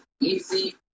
easy